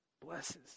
blesses